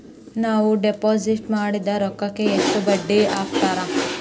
ನಾವು ಡಿಪಾಸಿಟ್ ಮಾಡಿದ ರೊಕ್ಕಿಗೆ ಎಷ್ಟು ಬಡ್ಡಿ ಹಾಕ್ತಾರಾ?